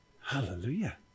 Hallelujah